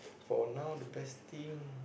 for now the best thing